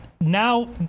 now